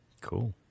cool